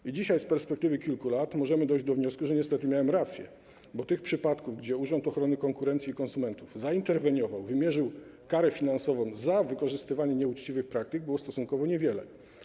I dzisiaj z perspektywy kilku lat możemy dojść do wniosku, że niestety miałem rację, bo tych przypadków, gdzie Urząd Ochrony Konkurencji i Konsumentów zainterweniował, wymierzył karę finansową za wykorzystywanie nieuczciwych praktyk, było stosunkowo niewiele.